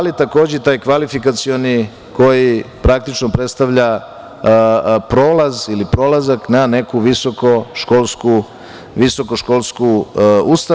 Takođe, taj kvalifikacioni koji praktično predstavlja prolaz ili prolazak na neku visokoškolsku ustanovu.